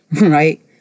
Right